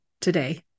today